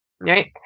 right